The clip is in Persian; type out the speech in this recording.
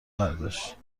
برداشت